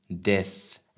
death